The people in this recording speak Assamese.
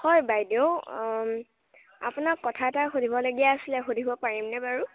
হয় বাইদেউ আপোনাক কথা এটা সুধিবলগীয়া আছিলে সুধিব পাৰিম নে বাৰু